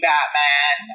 Batman